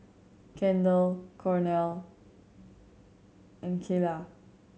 Kendall Cornel and Kaela